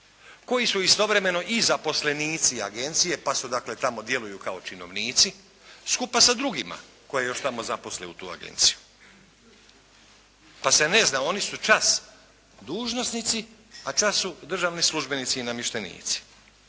koji su istovremeno i zaposlenici agencije pa dakle tamo djeluju kao činovnici skupa sa drugima koje još tamo zaposle u tu agenciju, pa se ne zna. Oni su čas dužnosnici a čas su državni službenici i namještenici.